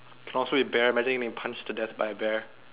oh so you paramedic then you punched to death by a bear